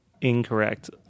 Incorrect